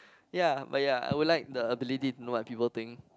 ya but ya I would like the ability to know what people think